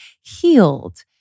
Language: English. healed